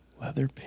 Leather